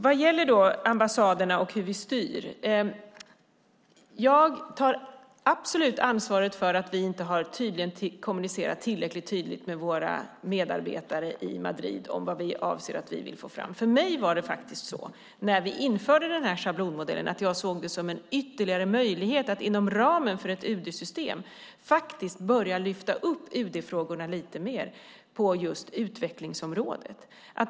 Vad gäller ambassaderna och hur vi styr tar jag absolut ansvaret för att vi uppenbarligen inte har kommunicerat tillräckligt tydligt med våra medarbetare i Madrid om vad vi avser att få fram. När vi införde den här schablonmodellen såg jag det som en ytterligare möjlighet att inom ramen för ett UD-system lyfta fram UD-frågorna lite mer på utvecklingsområdet.